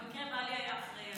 במקרה בעלי היה אחראי עליה.